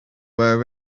were